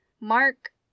Mark